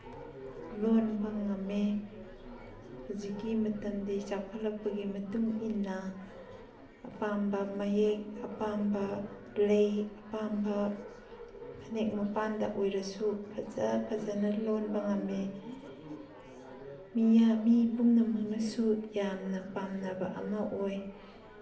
ꯂꯣꯟꯕ ꯉꯝꯃꯦ ꯍꯧꯖꯤꯛꯀꯤ ꯃꯇꯝꯗꯤ ꯆꯥꯎꯈꯠꯂꯛꯄꯒꯤ ꯃꯇꯨꯡꯏꯟꯅ ꯑꯄꯥꯝꯕ ꯃꯌꯦꯛ ꯑꯄꯥꯝꯕ ꯂꯩ ꯑꯄꯥꯝꯕ ꯐꯅꯦꯛ ꯃꯄꯥꯟꯗ ꯑꯣꯏꯔꯁꯨ ꯐꯖ ꯐꯖꯅ ꯂꯣꯟꯕ ꯉꯝꯃꯦ ꯃꯤ ꯄꯨꯝꯅꯃꯛꯅꯁꯨ ꯌꯥꯝꯅ ꯄꯥꯝꯅꯕ ꯑꯃ ꯑꯣꯏ